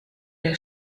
der